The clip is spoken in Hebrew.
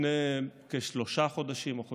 לפני כשלושה חודשים או חודשיים,